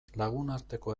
lagunarteko